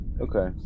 okay